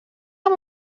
amb